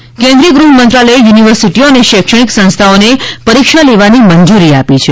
પરીક્ષા કેન્દ્રીય ગૃહ મંત્રાલયે યુનિવર્સિટીઓ અને શૈક્ષણિક સંસ્થાઓને પરીક્ષા લેવાની મંજુરી આપી છે